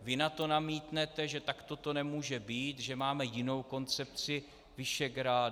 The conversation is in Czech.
Vy na to namítnete, že takto to nemůže být, že máme jinou koncepci Visegrádu.